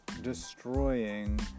destroying